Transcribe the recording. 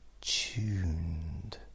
tuned